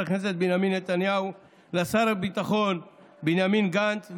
הכנסת בנימין נתניהו ולשר הביטחון בנימין גנץ,